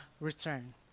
return